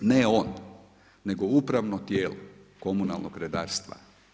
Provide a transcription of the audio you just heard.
Ne on, nego upravno tijelo komunalnog redarstva.